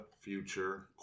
future